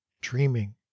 dreaming